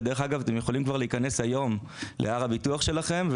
ודרך אגב אתם יכולים כבר להיכנס היום להר הביטוח שלכם,